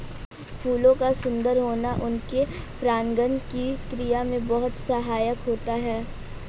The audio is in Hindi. फूलों का सुंदर होना उनके परागण की क्रिया में बहुत सहायक होता है